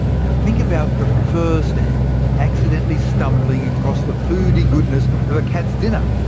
now think about the first ant accidentally stumbling across the foody goodness of a cat's dinner.